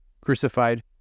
crucified